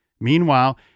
Meanwhile